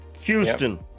Houston